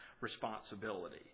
responsibility